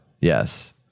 Yes